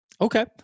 Okay